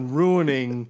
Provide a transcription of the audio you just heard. ruining